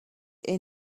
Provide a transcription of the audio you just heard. est